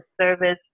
service